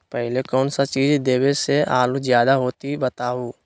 पहले कौन सा चीज देबे से आलू ज्यादा होती बताऊं?